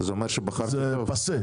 זה פסה,